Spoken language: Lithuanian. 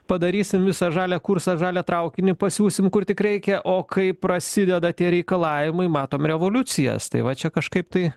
padarysim visą žalią kursą žalią traukinį pasiųsim kur tik reikia o kai prasideda tie reikalavimai matom revoliucijas tai va čia kažkaip tai